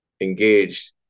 engaged